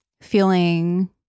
feeling